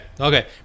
okay